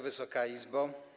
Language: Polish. Wysoka Izbo!